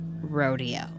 rodeo